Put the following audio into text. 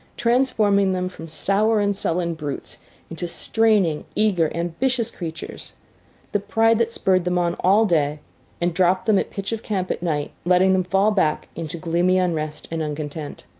transforming them from sour and sullen brutes into straining, eager, ambitious creatures the pride that spurred them on all day and dropped them at pitch of camp at night, letting them fall back into gloomy unrest and uncontent.